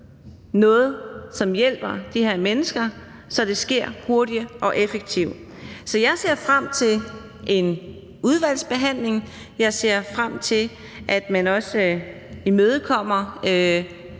noget, som hjælper de her mennesker, så det sker hurtigt og effektivt. Så jeg ser frem til udvalgsbehandlingen, og jeg ser også frem til, at man enten imødekommer